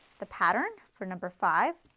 the pattern for number five.